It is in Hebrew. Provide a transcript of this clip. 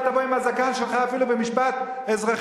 אל תבוא עם הזקן שלך אפילו במשפט אזרחי,